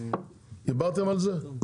דיברתם על זה?